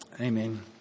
amen